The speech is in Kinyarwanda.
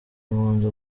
impunzi